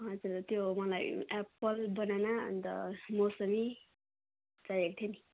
हजुर त्यो मलाई एप्पल बनाना अन्त मोसमी चाहिएको थियो नि